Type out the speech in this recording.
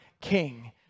king